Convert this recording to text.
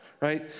right